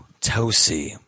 tosi